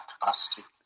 capacity